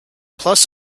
plus